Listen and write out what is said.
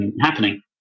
happening